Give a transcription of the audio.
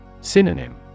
Synonym